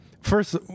first